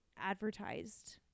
advertised